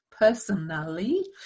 personally